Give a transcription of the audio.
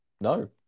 no